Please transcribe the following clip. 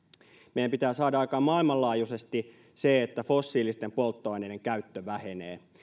meidän pitää saada aikaan maailmanlaajuisesti se että fossiilisten polttoaineiden käyttö vähenee